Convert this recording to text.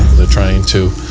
they're trying to,